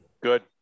Good